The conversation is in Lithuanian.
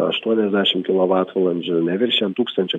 aštuoniasdešimt kilovatvalandžių neviršijant tūkstančio